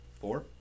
Four